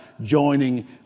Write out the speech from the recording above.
joining